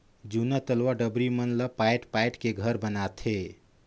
जूना तलवा डबरी मन ला पायट पायट के घर बनाथे